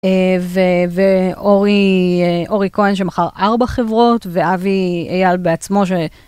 ואורי כהן שמכר ארבע חברות, ואבי אייל בעצמו ש...